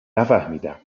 نفهمیدم